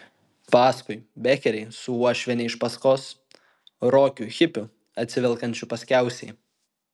paskui bekeriai su uošviene iš paskos rokiu hipiu atsivelkančiu paskiausiai